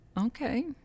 okay